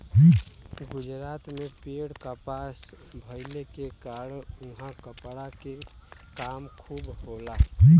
गुजरात में ढेर कपास भइले के कारण उहाँ कपड़ा के काम खूब होला